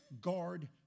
Guard